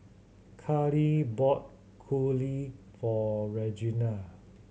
Carli bought for Reginal